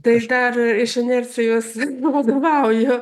tai dar iš inercijos vadovauju